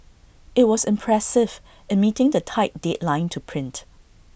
IT was impressive in meeting the tight deadline to print